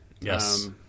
Yes